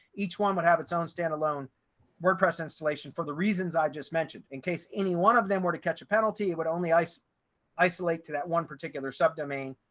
each one would have its own standalone wordpress installation for the reasons i just mentioned, in case any one of them were to catch a penalty would only ice isolate to that one particular subdomain,